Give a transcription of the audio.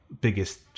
biggest